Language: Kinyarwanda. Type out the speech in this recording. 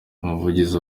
umuvugizi